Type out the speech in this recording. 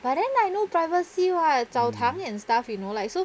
but then like no privacy [what] 澡堂 and stuff you know like so